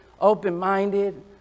open-minded